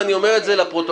אני אומר את זה לפרוטוקול,